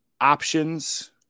options